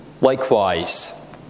Likewise